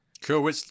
Cool